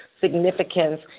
significance